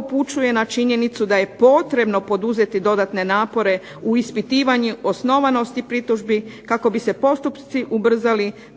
upućuje na činjenicu da je potrebno poduzeti dodatne napore u ispitivanju osnovanosti pritužbi kako bi se postupci ubrzali pred nadležnim